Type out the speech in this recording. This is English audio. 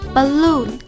Balloon